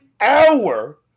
hour